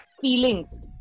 feelings